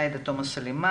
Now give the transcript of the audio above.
עאידה תומא סלימאן,